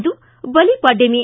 ಇಂದು Balipadyami